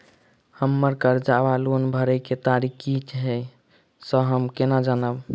हम्मर कर्जा वा लोन भरय केँ तारीख की हय सँ हम केना जानब?